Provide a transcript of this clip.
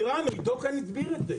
עידו כאן הסביר את זה,